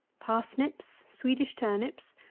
parsnips, swedish turnips,